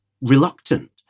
reluctant